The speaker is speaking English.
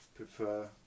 Prefer